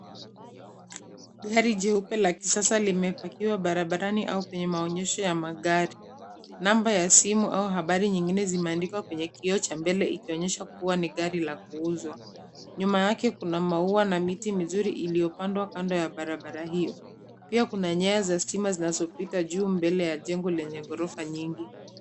Gari jeupe la kisasa limepakiwa barabarani au kwenye maonyesho ya magari. Namba ya simu au habari nyingine zimeandikwa kwenye kioo cha mbele ikionyesha kuwa ni gari la kuuzwa. Nyuma yake kuna maua na miti mizuri iliyopandwa kando ya barabara hiyo. Pia kuna nyaya za stima zinazopita juu mbele ya jengo lenye ghorofa nyingi.